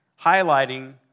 highlighting